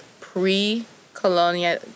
pre-colonial